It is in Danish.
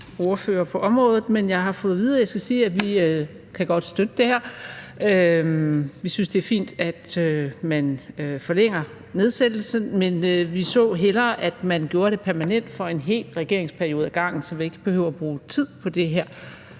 at jeg skal sige, at vi godt kan støtte det her. Vi synes, det er fint, at man forlænger nedsættelsen, men vi så hellere, at man gjorde det permanent for en regeringsperiode ad gangen, så vi ikke behøver bruge tid på det her